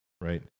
right